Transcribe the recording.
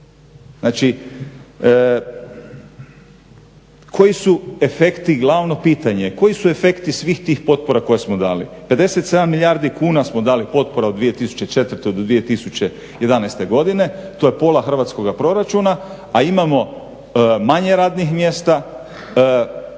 Znači koji su efekti, glavno pitanje, koji su efekti svih tih potpora koje smo dali? 57 milijardi kuna smo dali potpora od 2004.do 2011.godine to je pola hrvatskoga proračuna, a imamo manje radnih mjesta,